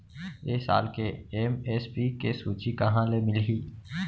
ए साल के एम.एस.पी के सूची कहाँ ले मिलही?